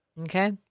Okay